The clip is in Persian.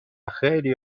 خیلی